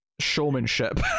showmanship